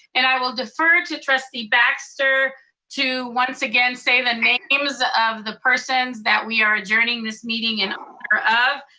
and i will defer to trustee baxter to once again say the names of the persons that we are adjourning this meeting in honor of.